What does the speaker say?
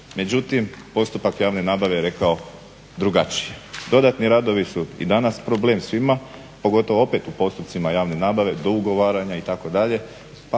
Međutim, postupak javne nabave je rekao drugačije. Dodatni radovi su i danas problem svima, pogotovo opet u postupcima javne nabave do ugovaranja itd.